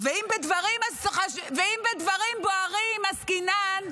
ואם בדברים בוערים עסקינן,